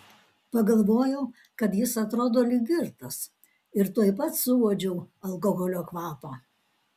pagalvojau kad jis atrodo lyg girtas ir tuoj pat suuodžiau alkoholio kvapą